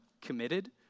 committed